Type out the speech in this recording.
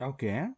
Okay